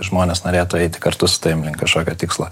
žmonės norėtų eiti kartu su tavim link kažkokio tikslo